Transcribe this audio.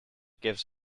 gives